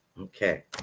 Okay